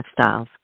lifestyles